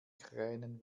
kränen